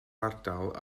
ardal